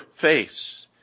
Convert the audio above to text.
face